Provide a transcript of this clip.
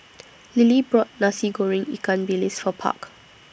Lillie bought Nasi Goreng Ikan Bilis For Park